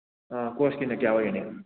ꯑꯥ ꯀꯣꯔꯁꯀꯤꯅ ꯀꯌꯥ ꯑꯣꯏꯒꯅꯤ